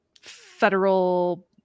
federal